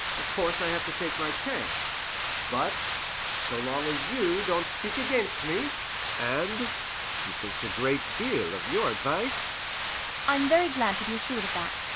of course i have to take my chance but so long as you don't speak against me and she thinks a great deal of your advice i'm very glad to be assured of that.